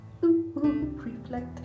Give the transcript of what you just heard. reflect